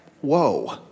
whoa